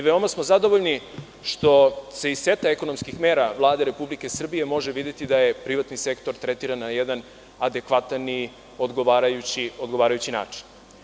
Zadovoljni smo što se iz seta ekonomskih mera Vlade Republike Srbije može videti da je privatni sektor tretiran na jedan adekvatan i odgovarajući način.